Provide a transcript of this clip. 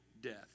death